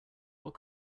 what